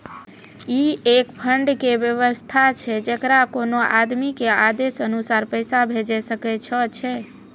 ई एक फंड के वयवस्था छै जैकरा कोनो आदमी के आदेशानुसार पैसा भेजै सकै छौ छै?